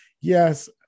Yes